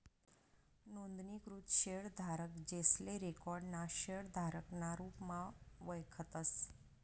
नोंदणीकृत शेयरधारक, जेसले रिकाॅर्ड ना शेयरधारक ना रुपमा वयखतस